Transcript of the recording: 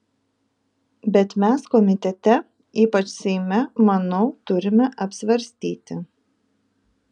bet mes komitete ypač seime manau turime apsvarstyti